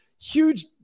huge